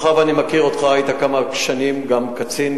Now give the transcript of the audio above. מאחר שאני מכיר אותך, היית כמה שנים גם קצין